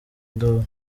induru